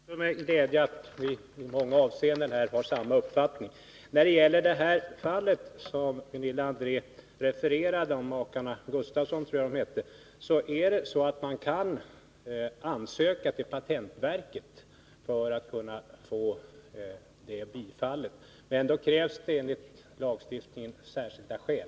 Herr talman! Jag konstaterar också med glädje att vi i många avseenden har samma uppfattning. När det gäller det fall som Gunilla André refererade, beträffande makarna Gustavsson, är det så att man hos patentverket kan ansöka om att få ett sådant önskemål bifallet. Men det krävs då enligt lagstiftningen särskilda skäl.